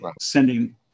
sending